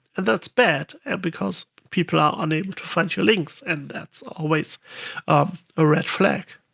and that's bad because people are unable to find your links, and that's always a red flag.